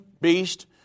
beast